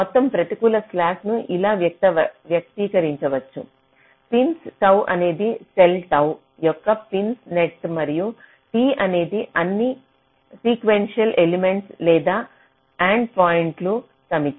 మొత్తం ప్రతికూల స్లాక్ను ఇలా వ్యక్తీకరించవచ్చు పిన్స్ టౌ అనేది సెల్ టౌ యొక్క పిన్ల సెట్ మరియు T అనేది అన్ని సీక్వెన్షియల్ ఎలిమెంట్స్ లేదా ఎండ్ పాయింట్ల సమితి